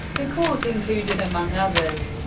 the court included, among others,